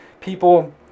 people